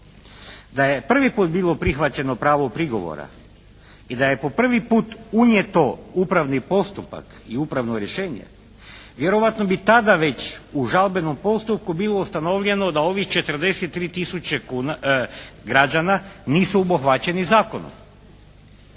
Da je prvi puta bilo prihvaćeno pravo prigovora i da je po prvi puta unijeto upravni postupak i upravno rješenje vjerojatno bi tada već u žalbenom postupku bilo ustanovljeno da ovih 43 tisuće građana nisu obuhvaćeni zakonom.